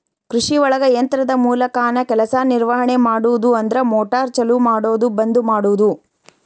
ಕೃಷಿಒಳಗ ಯಂತ್ರದ ಮೂಲಕಾನ ಕೆಲಸಾ ನಿರ್ವಹಣೆ ಮಾಡುದು ಅಂದ್ರ ಮೋಟಾರ್ ಚಲು ಮಾಡುದು ಬಂದ ಮಾಡುದು